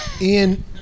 Ian